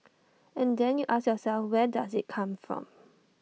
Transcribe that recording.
and then you ask yourself where does IT come from